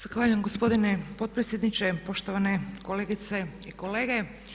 Zahvaljujem gospodine potpredsjedniče, poštovane kolegice i kolege.